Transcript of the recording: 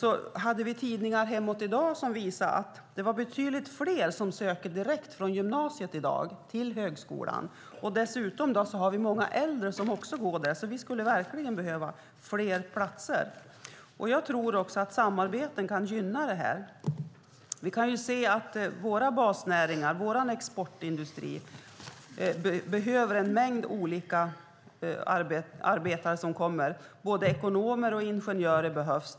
Vi hade tidningar hemma i dag som visade att det i dag är betydligt fler som söker direkt från gymnasiet till högskolan. Dessutom är det många äldre som går där. Så vi skulle verkligen behöva fler platser. Jag tror också att samarbeten kan gynna det här. Vi kan se att våra basnäringar och vår exportindustri behöver en mängd olika arbetare. Både ekonomer och ingenjörer behövs.